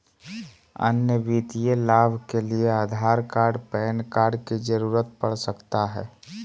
अन्य वित्तीय लाभ के लिए आधार कार्ड पैन कार्ड की जरूरत पड़ सकता है?